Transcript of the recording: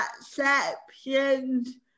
exceptions